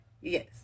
Yes